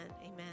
amen